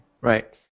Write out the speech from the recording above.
Right